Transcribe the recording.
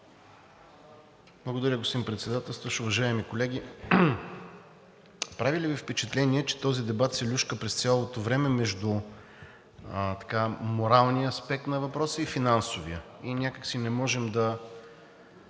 Благодаря, господин председателстващ. Уважаеми колеги, прави ли Ви впечатление, че този дебат се люшка през цялото време между моралния аспект на въпроса и финансовия и някак си не можем да